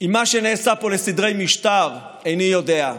עם מה שנעשה פה לסדרי משטר, איני יודע.